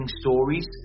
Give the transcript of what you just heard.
stories